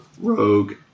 Rogue